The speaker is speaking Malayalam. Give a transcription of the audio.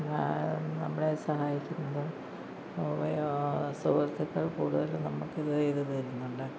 നമ്മളെ സഹായിക്കുന്നതും ഉവ സുഹൃത്തുക്കൾ കൂടുതലും നമുക്ക് ഇത് ചെയ്ത് തരുന്നുണ്ട്